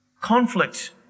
conflict